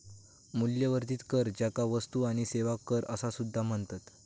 मूल्यवर्धित कर, ज्याका वस्तू आणि सेवा कर असा सुद्धा म्हणतत